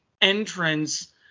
entrance